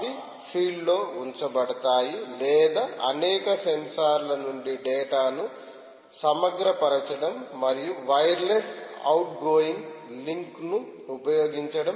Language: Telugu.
అవి ఫీల్డ్లో ఉంచబడతాయి లేదా అనేక సెన్సార్ల నుండి డేటా ను సమగ్రపరచడం మరియు వైర్లెస్ అవుట్గోయింగ్ లింక్ను ఉపయోగించడం